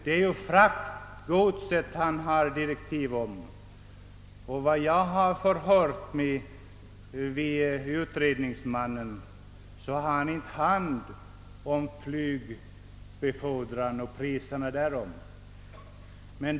Han har som sagt fått direktiv om fraktgodset, och efter vad jag har hört av utredningsmannen skall han inte ta upp flygbefordran och flygpriserna.